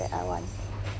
that I want